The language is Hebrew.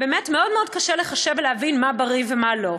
באמת, מאוד מאוד קשה לחשב ולהבין מה בריא ומה לא.